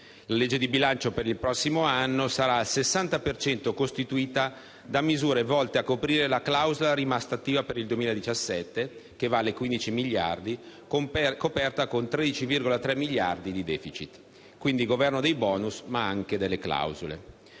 La legge di bilancio per il prossimo anno sarà al 60 per cento costituita da misure volte a coprire la clausola rimasta attiva per il 2017, che vale 15 miliardi, coperta con 13,3 miliardi di *deficit*. Quindi è il Governo dei *bonus*, ma anche delle clausole.